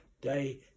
day